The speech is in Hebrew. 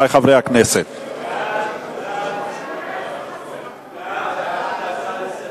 אחרות זה אולי עובד יותר טוב,